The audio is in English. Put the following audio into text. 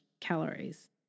calories